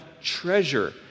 treasure